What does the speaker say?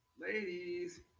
Ladies